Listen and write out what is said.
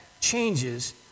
changes